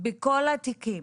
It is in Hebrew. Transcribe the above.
בכל התיקים